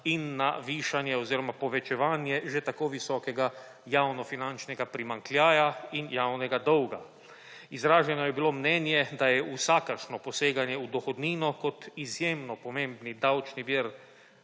in na višanje oziroma povečevanje že tako visokega javnofinančnega primanjkljaja in javnega dolga. Izraženo je bilo mnenje, da je vsakršno poseganje v dohodnino kot izjemno pomembni davčni vir